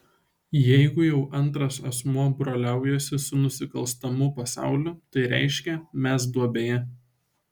jeigu jau antras asmuo broliaujasi su nusikalstamu pasauliu tai reiškia mes duobėje